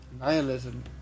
nihilism